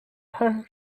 her